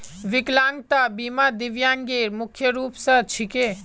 विकलांगता बीमा दिव्यांगेर मुख्य रूप स छिके